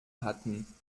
hatten